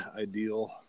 ideal